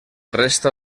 resta